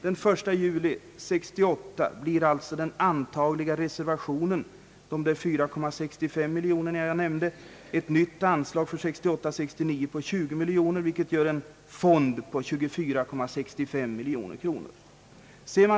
Den 1 juli 1968 uppgår alltså den antagliga reservationen till — som jag nyss nämnde — 4,65 miljoner kronor. Tillsammans med ett nytt anslag för 1968/69 på 20 miljoner kronor blir fonden 24,65 miljoner kronor.